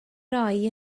roi